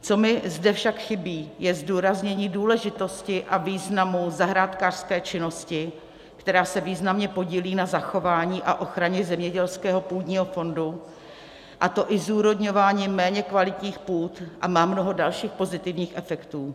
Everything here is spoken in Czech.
Co mi zde však chybí, je zdůraznění důležitosti a významu zahrádkářské činnosti, která se významně podílí na zachování a ochraně zemědělského půdního fondu, a to i zúrodňováním méně kvalitních půd, a má mnoho dalších pozitivních efektů.